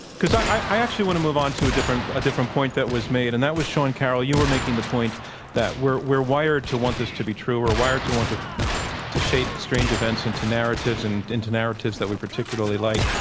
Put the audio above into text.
because i actually want to move on to a ah different point that was made, and that was, sean carroll, you were making the point that we're wired to want this to be true, we're wired to want to to shape strange events into narratives and into narratives that we particularly like,